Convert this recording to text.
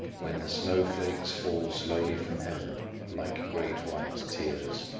when the snow-flakes fall slowly from heaven like great white tears,